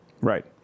Right